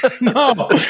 No